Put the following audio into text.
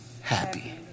happy